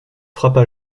frappa